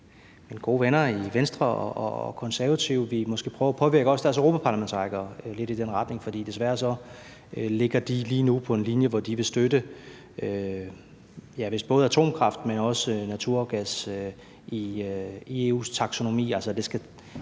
gode venner i Venstre og Konservative måske også ville prøve at påvirke deres europaparlamentarikere lidt i den retning, for desværre ligger de lige nu på en linje, hvor de vil støtte, at vist både atomkraft, men også naturgas bliver en